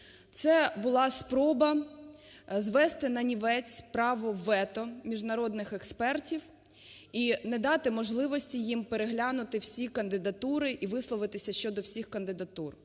це була спроба звести нанівець право вето міжнародних експертів і не дати можливості їм переглянути всі кандидатури і висловитися щодо всіх кандидатур.